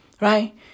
Right